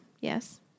yes